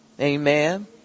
Amen